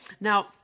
Now